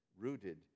rooted